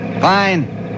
Fine